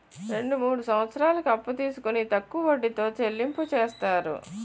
రెండు మూడు సంవత్సరాలకు అప్పు తీసుకొని తక్కువ వడ్డీతో చెల్లింపు చేస్తారు